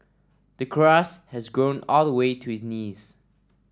the grass has grown all the way to his knees